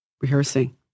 rehearsing